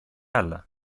άλλα